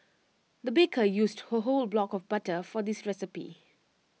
the baker used A whole block of butter for this recipe